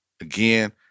Again